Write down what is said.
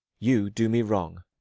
you do me wrong.